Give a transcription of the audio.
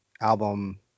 album